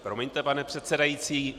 Promiňte, pane předsedající.